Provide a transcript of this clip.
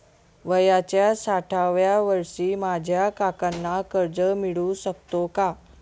वयाच्या साठाव्या वर्षी माझ्या काकांना कर्ज मिळू शकतो का?